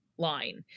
line